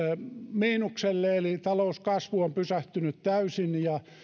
miinukselle eli talouskasvu on pysähtynyt täysin ja